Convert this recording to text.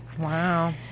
Wow